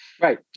Right